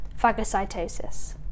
Phagocytosis